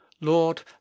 lord